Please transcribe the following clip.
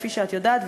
כפי שאת יודעת,